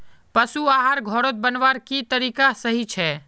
पशु आहार घोरोत बनवार की तरीका सही छे?